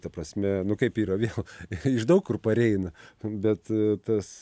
ta prasme nu kaip yra vėl iš daug kur pareina bet tas